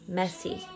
messy